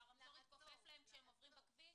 שהרמזור יתכופף להם כשהם עוברים בכביש?